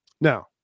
now